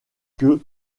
que